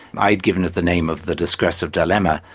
i'd given it the name of the disgressive dilemma,